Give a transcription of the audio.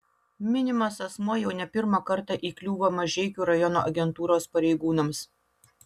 minimas asmuo jau ne pirmą kartą įkliūva mažeikių rajono agentūros pareigūnams